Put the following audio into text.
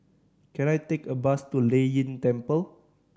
can I take a bus to Lei Yin Temple